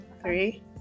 Three